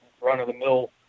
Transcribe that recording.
run-of-the-mill